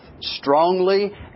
strongly